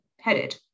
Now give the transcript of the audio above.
headed